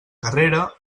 carrera